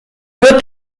wird